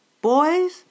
Boys